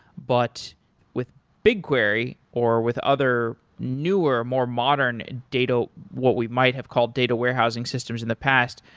but with bigquery, or with other newer more modern data what we might have called data warehousing systems in the past,